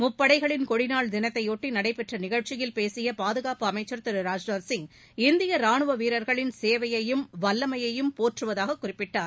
முப்படைகளின் கொடிநாள் தினத்தையொட்டி நடைபெற்ற நிகழ்ச்சியில் பேசிய பாதுகாப்பு அமைச்ச் திரு ராஜ்நாத்சிங் இந்திய ராணுவ வீரர்களின் சேவையையும் வல்லமையையும் போற்றுவதாக குறிப்பிட்டார்